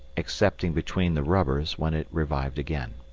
excepting between the rubbers, when it revived again.